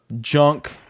junk